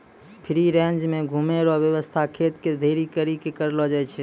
free range मे घुमै रो वेवस्था खेत के घेरी करी के करलो जाय छै